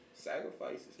Sacrifices